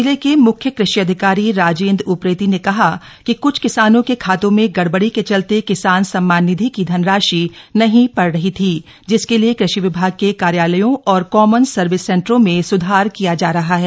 जिले के म्ख्य कृषि अधिकारी राजेंद्र उप्रेती ने कहा कि क्छ किसानों के खातों में गड़बड़ी के चलते किसान सम्मान निधि की धनराशि नही पड़ रही थी जिसके लिए कृषि विभाग के कार्यालयों और कॉमन सर्विस सेन्टरों में स्धार किया जा रहा है